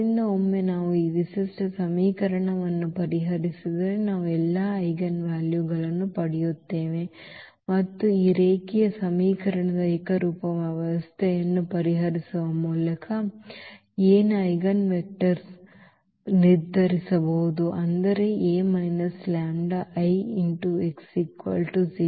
ಆದ್ದರಿಂದ ಒಮ್ಮೆ ನಾವು ಈ ವಿಶಿಷ್ಟ ಸಮೀಕರಣವನ್ನು ಪರಿಹರಿಸಿದರೆ ನಾವು ಎಲ್ಲಾ ಐಜೆನ್ ವ್ಯಾಲ್ಯೂಗಳನ್ನು ಪಡೆಯುತ್ತೇವೆ ಮತ್ತು ಈ ರೇಖೀಯ ಸಮೀಕರಣದ ಏಕರೂಪದ ವ್ಯವಸ್ಥೆಯನ್ನು ಪರಿಹರಿಸುವ ಮೂಲಕ A ಯ ಐಜೆನ್ವೆಕ್ಟರ್ಗಳನ್ನು ನಿರ್ಧರಿಸಬಹುದು ಅಂದರೆ ಇದು A λI x 0